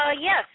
Yes